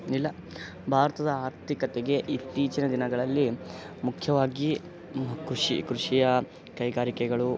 ಇಲ್ಲ ಭಾರತದ ಆರ್ಥಿಕತೆಗೆ ಇತ್ತೀಚಿನ ದಿನಗಳಲ್ಲಿ ಮುಖ್ಯವಾಗಿ ಕೃಷಿ ಕೃಷಿಯ ಕೈಗಾರಿಕೆಗಳು